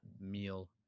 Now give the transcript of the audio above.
meal